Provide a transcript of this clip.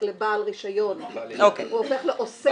לבעל רישיון, הוא הופך לעוסק.